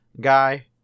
guy